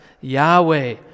Yahweh